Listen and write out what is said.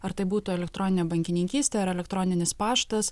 ar tai būtų elektroninė bankininkystė ar elektroninis paštas